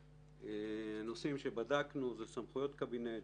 הנושאים שבדקנו הם: סמכויות קבינט,